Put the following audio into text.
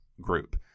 group